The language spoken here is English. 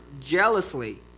jealously